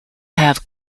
have